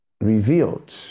revealed